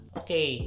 okay